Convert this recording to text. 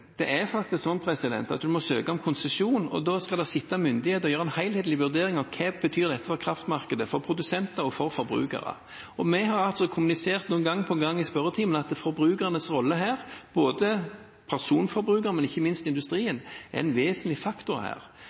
Det er faktisk sånn at man må søke om konsesjon. Da skal sittende myndigheter gjøre en helhetlig vurdering av hva det betyr for kraftmarked, for produsenter og for forbrukere. Vi har kommunisert gang på gang i spørretimen at forbrukernes rolle her, både personforbrukerne og ikke minst industrien, er en vesentlig faktor.